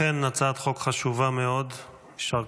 ועדת הכנסת החליטה בישיבתה היום,